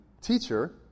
Teacher